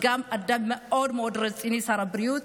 שר הבריאות